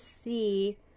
see